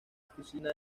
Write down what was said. oficina